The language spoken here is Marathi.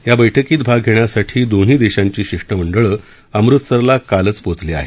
या बैठकीत भाग घेण्यासाठी दोन्ही देशाची शिष्टमंडळ अमृतसरला कालच पोचली आहेत